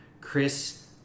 Chris